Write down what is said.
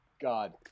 God